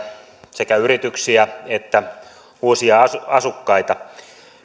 sekä yrityksiä että uusia asukkaita